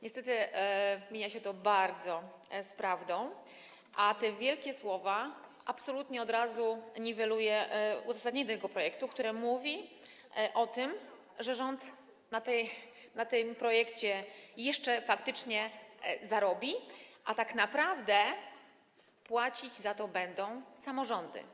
Niestety bardzo mija się to z prawdą, a te wielkie słowa absolutnie od razu niweluje uzasadnienie do tego projektu, które mówi o tym, że rząd na tym projekcie jeszcze faktycznie zarobi, a tak naprawdę płacić będą za to samorządy.